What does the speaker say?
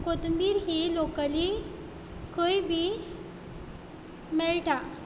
कोथंबीर ही लॉकली खंय बी मेळटा